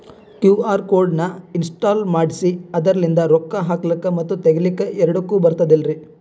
QR code ನ install ಮಾಡೆಸಿ ಅದರ್ಲಿಂದ ರೊಕ್ಕ ಹಾಕ್ಲಕ್ಕ ಮತ್ತ ತಗಿಲಕ ಎರಡುಕ್ಕು ಬರ್ತದಲ್ರಿ?